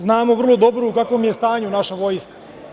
Znamo vrlo dobro u kakvom je stanju naša vojska.